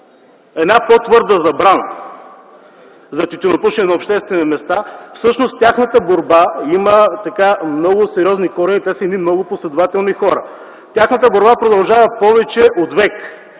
една по-твърда забрана за тютюнопушене на обществени места, тяхната борба има много сериозни корени. Те са едни много последователни хора. Тяхната борба продължава повече от век.